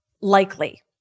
likely